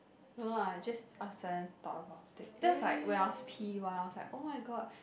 no lah I just out of sudden thought about it that's like when I was P one I was like oh-my-god